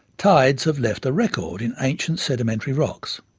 tides have left a record in ancient sedimentary rocks.